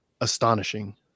astonishing